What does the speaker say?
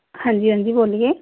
ਹਾਂਜੀ ਹਾਂਜੀ ਬੋਲੀਏ